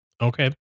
Okay